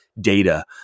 data